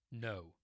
No